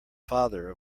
father